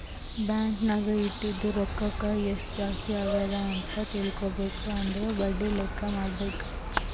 bank ನಾಗ್ ಇಟ್ಟಿದು ರೊಕ್ಕಾಕ ಎಸ್ಟ್ ಜಾಸ್ತಿ ಅಗ್ಯಾದ್ ಅಂತ್ ತಿಳ್ಕೊಬೇಕು ಅಂದುರ್ ಬಡ್ಡಿ ಲೆಕ್ಕಾ ಮಾಡ್ಬೇಕ